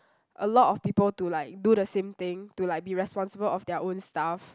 a lot of people to like do the same thing to like be responsible of their own stuff